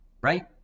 right